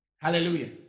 Hallelujah